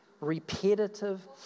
Repetitive